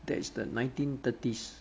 that is the nineteen thirties